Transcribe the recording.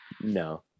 No